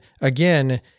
again